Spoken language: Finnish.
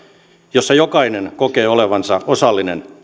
jossa jokainen kokee olevansa osallinen